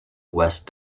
west